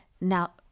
Now